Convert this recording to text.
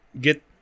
get